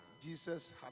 jesus